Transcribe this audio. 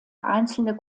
einzelne